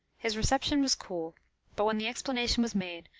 his reception was cool but when the explanation was made,